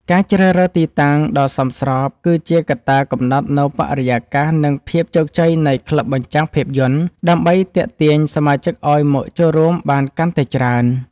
ការជ្រើសរើសទីតាំងដ៏សមស្រប គឺជាកត្តាកំណត់នូវបរិយាកាស និងភាពជោគជ័យនៃក្លឹបបញ្ចាំងភាពយន្ត ដើម្បីទាក់ទាញសមាជិកឱ្យមកចូលរួមបានកាន់តែច្រើន។